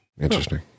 interesting